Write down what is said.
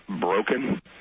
broken